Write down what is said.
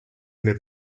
their